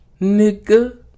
nigga